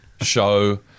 show